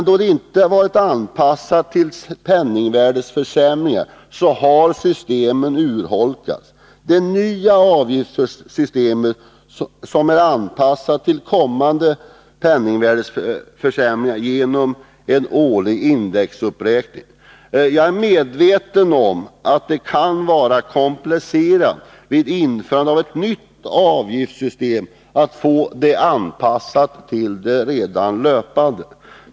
Då det inte varit anpassat till penningvärdeförsämringen har systemet urholkats. Det nya avgiftssystemet är anpassat till kommande penningvärdeförsämringar genom årlig indexuppräkning. Jag är medveten om att det kan vara komplicerat att vid införandet av ett nytt avgiftssystem få det anpassat till det redan löpande.